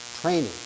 training